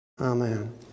Amen